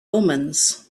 omens